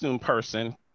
person